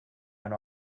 went